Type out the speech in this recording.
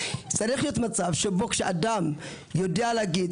צריך להיות מצב שבו כשאדם יודע להגיד,